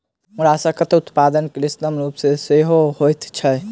मोलास्कक उत्पादन कृत्रिम रूप सॅ सेहो होइत छै